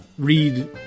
Read